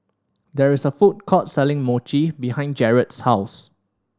there is a food court selling Mochi behind Jarred's house